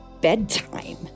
bedtime